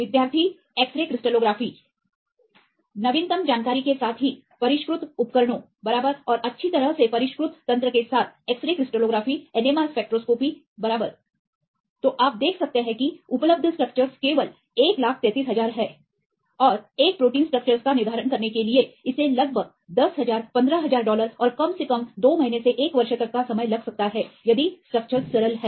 विद्यार्थी X ray crystallography Refer Time 0257 नवीनतम जानकारी के साथ ही परिष्कृत उपकरणों बराबर और अच्छी तरह से परिष्कृत तंत्र के साथ एक्सरे क्रिस्टलोग्राफी एनएमआर स्पेक्ट्रोस्कोपी बराबर तो आप देख सकते हैं कि उपलब्ध स्ट्रक्चर्स केवल 133000 हैं और एकल प्रोटीन की स्ट्रक्चर्स का निर्धारण करने के लिए इसे लगभग 10000 15000 डॉलर और कम से कम 2 महीने से एक वर्ष तक का समय लग सकता है यदि स्ट्रक्चर्स सरल हैं